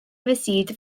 received